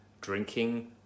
drinking